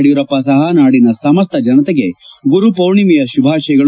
ಯಡಿಯರೂಪ್ಪ ಸಹ ನಾಡಿನ ಸಮಕ್ತ ಜನತೆಗೆ ಗುರು ಪೂರ್ಣಿಮೆಯ ಶುಭಾಶಯಗಳು